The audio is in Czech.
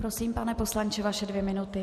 Prosím, pane poslanče, vaše dvě minuty.